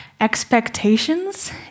expectations